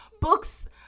books